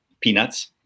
Peanuts